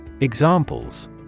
Examples